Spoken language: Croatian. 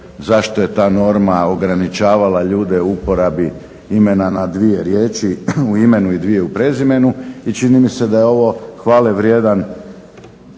zašto je ta norma ograničavala ljude u uporabi imena na dvije riječi u imenu i dvije u prezimenu. I čini mi se da je ovo hvalevrijedan